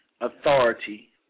authority